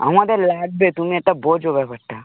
আমাদের লাগবে তুমি একটা বোঝো ব্যাপারটা